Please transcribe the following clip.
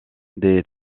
des